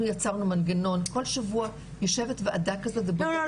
אנחנו יצרנו מנגנון שכל שבוע יושבת וועדה כזאת --- לא,